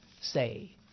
say